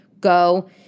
Go